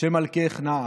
שמלכך נער",